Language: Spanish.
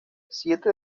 siete